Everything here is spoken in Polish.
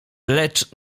lecz